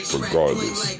regardless